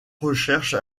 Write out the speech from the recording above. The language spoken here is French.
recherche